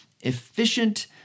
efficient